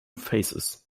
phases